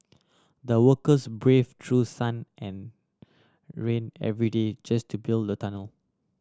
the workers brave through sun and rain every day just to build the tunnel